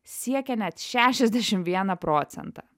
siekia net šešiasdešimt vieną procentą